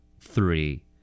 three